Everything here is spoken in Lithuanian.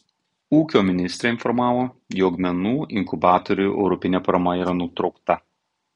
ūkio ministrė informavo jog menų inkubatoriui europinė parama yra nutraukta